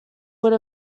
would